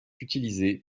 utilisées